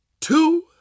two